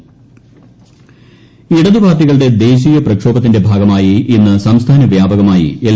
സായാഹ്ന ധർണകൾ ഇടതുപാർട്ടികളുടെ ദേശീയ പ്രക്ഷോഭത്തിന്റെ ഭാഗമായി ഇന്ന് സംസ്ഥാന വ്യാപകമായി എൽ